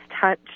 touch